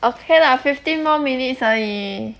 okay lah fifteen more minutes 而已